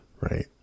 right